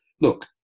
Look